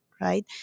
right